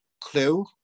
Clue